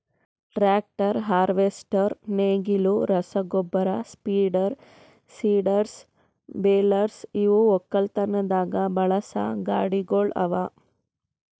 tractor, harvester, ನೇಗಿಲು, ರಸಗೊಬ್ಬರ spreader, seeders, balers ಇವು ಒಕ್ಕಲತನದಾಗ್ ಬಳಸಾ ಗಾಡಿಗೊಳ್ ಅವಾ